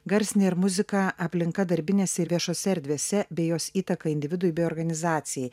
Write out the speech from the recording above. garsinė ir muzika aplinka darbinėse ir viešose erdvėse bei jos įtaka individui bei organizacijai